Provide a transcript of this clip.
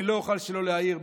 אני לא אוכל שלא להעיר,